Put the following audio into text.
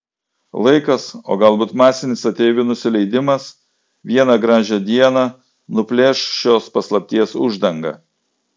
laikas o galbūt masinis ateivių nusileidimas vieną gražią dieną nuplėš šios paslapties uždangą